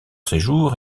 séjour